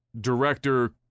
director